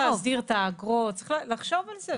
לא, צריך להסדיר את האגרות, צריך לחשוב על זה.